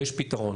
יש פתרון,